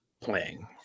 playing